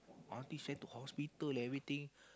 aunty send to hospital everything